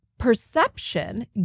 Perception